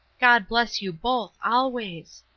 god bless you both always!